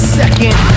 second